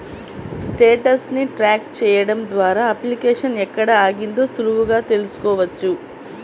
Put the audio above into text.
status ని track చెయ్యడం ద్వారా అప్లికేషన్ ఎక్కడ ఆగిందో సులువుగా తెల్సుకోవచ్చు